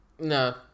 No